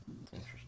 Interesting